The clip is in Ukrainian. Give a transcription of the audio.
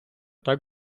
так